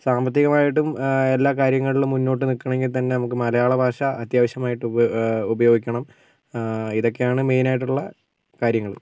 സാമ്പത്തികം ആയിട്ടും എല്ലാ കാര്യങ്ങളിലും മുന്നോട്ട് നിൽക്കണമെങ്കിൽ തന്നെ മലയാള ഭാഷ അത്യാവശ്യമായിട്ട് ഉപയോഗം ഉപയോഗിക്കണം ഇതൊക്കെയാണ് മെയിൻ ആയിട്ടുള്ള കാര്യങ്ങൾ